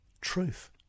truth